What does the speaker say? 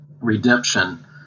redemption